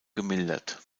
gemildert